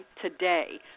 today